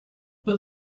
but